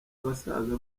basaza